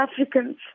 Africans